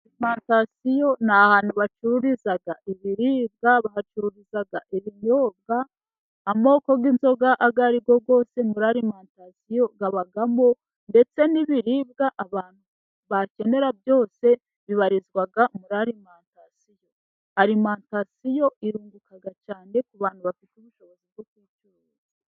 Alimantasiyo ni ahantu bacururiza ibiribwa, bahacururiza ibinyobwa, amoko y'inzoga ayo ari yo yose muri alimantasiyo abamo, ndetse n'ibiribwa abantu bakenera byose bibarizwa muri alimantasiyo. Alimantasiyo irunguka cyane ku bantu bafite ubushobozi bwo kuyicuruza.